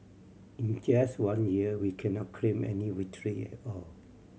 in just one year we cannot claim any victory at all